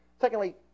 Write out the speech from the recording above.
Secondly